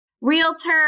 realtor